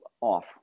off